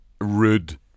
rude